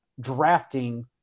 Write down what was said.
drafting